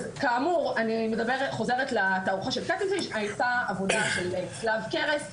אז כאמור אני חוזרת לתערוכה של קצנשטיין הייתה עבודה של צלב קרס,